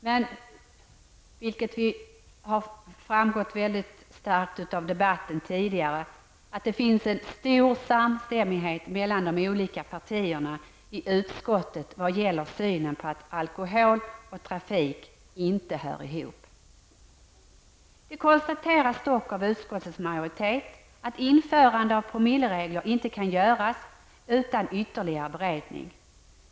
Men som det har framgått av den tidigare debatten finns det en stor samstämmighet mellan de olika partierna i utskottet vad gäller synen på att alkohol och trafik inte hör ihop. Det konstateras dock av utskottets majoritet att införande av promilleregler inte kan göras utan ytterligare beredning.